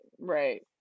right